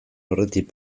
aurretik